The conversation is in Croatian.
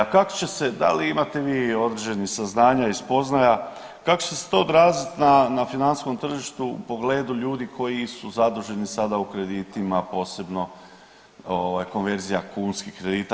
A kako će se, da li imate vi određenih saznanja i spoznaja kako će se odraziti na financijskom tržištu u pogledu ljudi koji su zaduženi sada u kreditima posebno konverzija kunskih kredita?